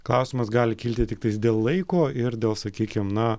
klausimas gali kilti tiktais dėl laiko ir dėl sakykim na